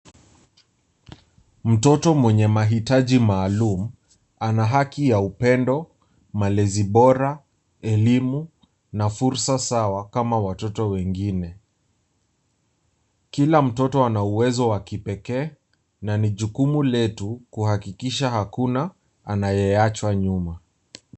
Mtoto mwenye mahitaji maalum ana haki ya upendo, malezi bora, elimu na fursa sawa kama watoto wengine. Kila mtoto ana uwezo wa kipekee na ni jukumu letu kuhakikisha hakuna anayeachwa nyuma.